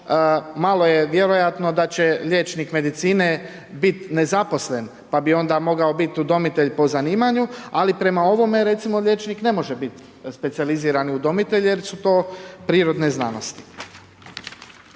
malo je vjerojatno da će liječnik medicine biti nezaposlen, pa bi onda mogao biti udomitelj po zanimanju, ali prema ovome recimo liječnik, ne može biti specijalizirani udomitelj, jer su to prirodne znanosti.